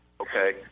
Okay